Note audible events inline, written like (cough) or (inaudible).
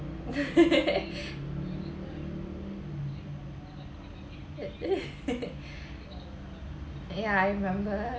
(laughs) ya I remember